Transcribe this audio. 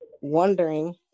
wondering